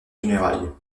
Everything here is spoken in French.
funérailles